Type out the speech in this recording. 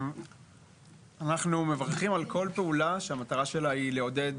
אנחנו מברכים על כל פעולה שהמטרה שלה היא לעודד